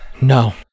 No